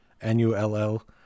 N-U-L-L